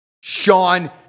Sean